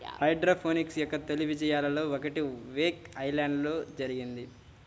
hydroponics యొక్క తొలి విజయాలలో ఒకటి వేక్ ఐలాండ్లో జరిగింది